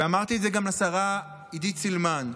ואמרתי את זה גם לשרה עידית סילמן,